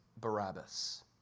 Barabbas